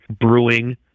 brewing